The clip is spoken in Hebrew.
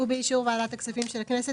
ובאישור ועדת הכספים של הכנסת,